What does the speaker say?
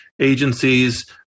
agencies